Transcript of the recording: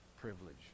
privilege